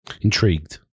Intrigued